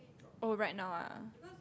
oh right now ah